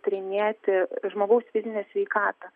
tyrinėti žmogaus fizinę sveikatą